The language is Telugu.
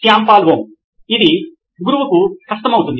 శ్యామ్ పాల్ ఓం అది గురువుకు కష్టమవుతుంది